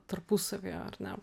tarpusavyje ar ne